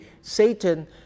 Satan